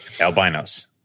albinos